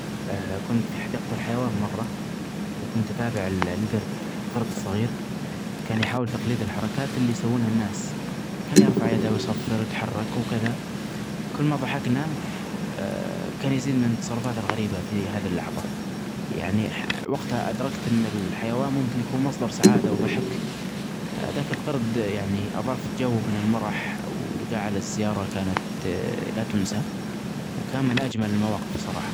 كنت في حديقه الحيوان مره وكنت أتابع القرد-القرد الصغير كان يحاول تقليد الحركات اللي يسونها الناس كان يرفع يده ويصفر ويتحرك وكذا ،كل ما ظحكنا كان يزيد من تصرفاته الغريبة يعني وقتها أدركت أن الحيوان ممكن يكون مصدر سعادة وضحك. ذاك القرد يعني أظاف جو من المرح و جعل الزياره كانت لاتنسي وكان من ىأجمل المواقف الصراحة.